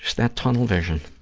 that tunnel vision.